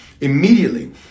Immediately